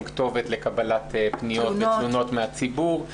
כתובת לקבלת פניות ותלונות מהציבור.